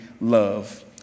love